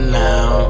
now